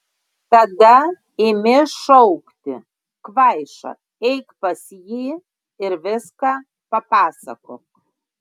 tada imi šaukti kvaiša eik pas jį ir viską papasakok